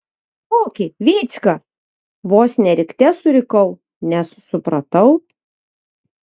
kokį vycka vos ne rikte surikau nes supratau